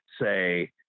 say